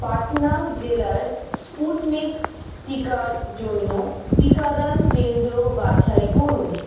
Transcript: পাটনা জেলায় স্পুটনিক টিকার জন্য টিকাদান কেন্দ্র বাছাই করুন